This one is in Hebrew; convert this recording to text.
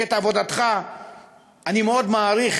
שאת עבודתך אני מאוד מעריך,